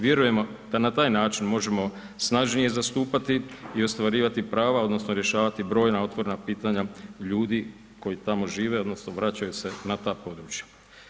Vjerujemo da na taj način možemo snažnije zastupati i ostvarivati prava odnosno rješavati brojna otvorena pitanja ljudi koji tamo žive odnosno vraćaju se na ta područja.